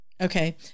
Okay